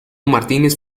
martínez